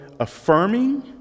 affirming